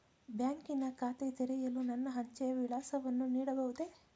ಬ್ಯಾಂಕಿನ ಖಾತೆ ತೆರೆಯಲು ನನ್ನ ಅಂಚೆಯ ವಿಳಾಸವನ್ನು ನೀಡಬಹುದೇ?